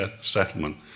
settlement